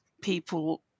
people